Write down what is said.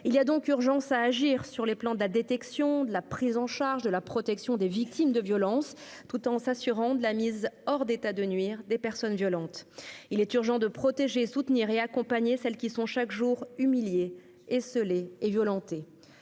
Il y a urgence à agir sur les plans de la détection, de la prise en charge et de la protection des victimes de violences, tout en s'assurant de la mise hors d'état de nuire des personnes violentes. Il est urgent de protéger, soutenir et accompagner celles qui sont, chaque jour, humiliées, esseulées et violentées.